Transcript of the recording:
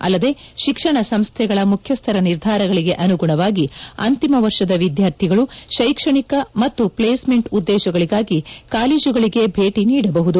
ಅಲ್ಲದೆ ಶಿಕ್ಷಣ ಸಂಸ್ಥೆಗಳ ಮುಖ್ಯಸ್ಥರ ನಿರ್ಧಾರಗಳಿಗೆ ಅನುಗುಣವಾಗಿ ಅಂತಿಮ ವರ್ಷದ ವಿದ್ವಾರ್ಥಿಗಳು ಶೈಕ್ಷಣಿಕ ಮತ್ತು ಪ್ಲೇಸ್ಮೆಂಟ್ ಉದ್ದೇಶಗಳಿಗಾಗಿ ಕಾಲೇಜುಗಳಿಗೆ ಭೇಟಿ ನೀಡಬಹುದು